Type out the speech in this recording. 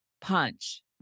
punch